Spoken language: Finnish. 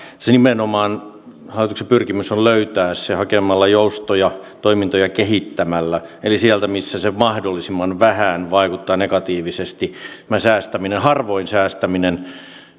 että nimenomaan hallituksen pyrkimys on löytää se hakemalla joustoja toimintoja kehittämällä sieltä missä mahdollisimman vähän vaikuttaa negatiivisesti tämä säästäminen harvoin säästäminen